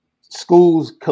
schools